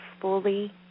fully